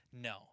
No